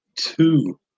Two